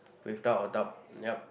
without a doubt yup